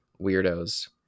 weirdos